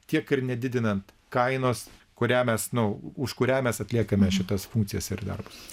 tiek ir nedidinant kainos kurią mes nu už kurią mes atliekame šitas funkcijas ir darbus